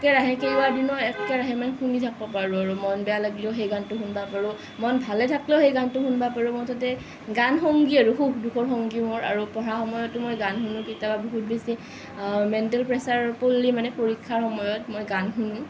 একেৰাহে কেইবাদিনো একেৰাহে মানে শুনি থাকব পাৰোঁ মন বেয়া লাগিলেই সেই গানটো শুনব পাৰোঁ মন ভালে থাকলেও সেই গানটো শুনিব পাৰোঁ মুঠতে গান সংগী আৰু সুখ দুখৰ সংগী মোৰ আৰু পঢ়াৰ সময়তো মই গান শুনো কেতিয়াবা বহুত বেছি মেণ্টেল প্ৰেচাৰ পৰলে মানে পৰীক্ষাৰ সময়ত মই শুনোঁ